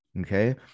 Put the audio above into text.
Okay